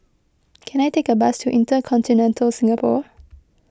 can I take a bus to Intercontinental Singapore